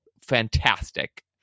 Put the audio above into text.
fantastic